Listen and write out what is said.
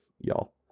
y'all